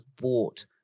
bought